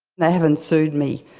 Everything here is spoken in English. they haven't sued me.